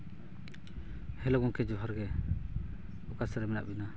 hello ᱜᱚᱢᱠᱮ ᱡᱚᱦᱟᱨ ᱜᱮ ᱚᱠᱟ ᱥᱮᱫ ᱨᱮ ᱢᱮᱱᱟᱜ ᱵᱤᱱᱟ